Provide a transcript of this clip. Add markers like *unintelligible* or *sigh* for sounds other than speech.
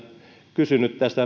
kysyn nyt tästä *unintelligible*